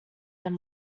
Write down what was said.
than